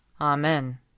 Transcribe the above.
Amen